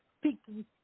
speaking